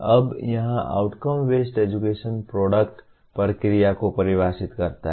अब यहां outcome based education product प्रक्रिया को परिभाषित करता है